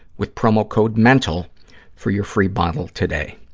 with promo code mental for your free bottle today.